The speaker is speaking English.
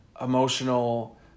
emotional